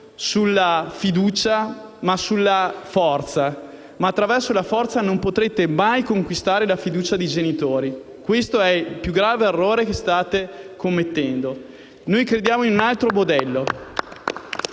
sulla fiducia, ma sulla forza. Ma attraverso la forza non potrete mai conquistare la fiducia dei genitori, e questo è il più grave errore che state commettendo. *(Applausi dal Gruppo